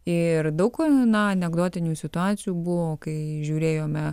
ir daug na anekdotinių situacijų buvo kai žiūrėjome